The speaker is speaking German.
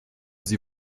sie